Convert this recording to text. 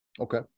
Okay